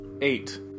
Eight